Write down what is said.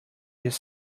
this